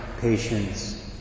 patience